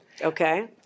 Okay